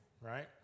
right